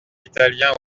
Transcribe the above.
italien